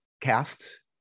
cast